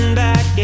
back